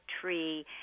tree